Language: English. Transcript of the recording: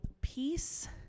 peace